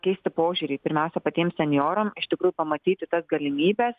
keisti požiūrį pirmiausia patiem senjoram iš tikrųjų pamatyti tas galimybes